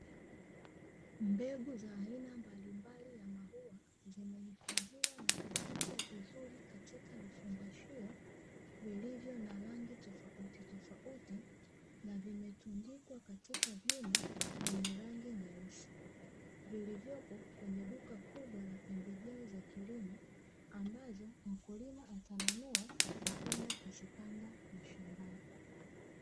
Mbegu za aina mbalimbali ya maua zimehifadhiwa na kufungwa vizuri katika vifungashio vilivyo na rangi tofautitofauti, na vimetundikwa katika vyuma vyenye rangi nyeusi, vilivyopo kwenye duka kubwa la pembejeo za kilimo ambazo mkulima atanunua na kwenda kuzipanda mashambani.